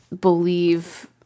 believe